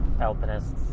Alpinists